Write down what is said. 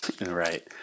right